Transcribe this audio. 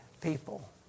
people